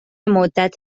مدت